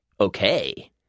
okay